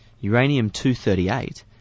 Uranium-238